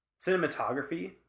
Cinematography